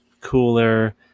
cooler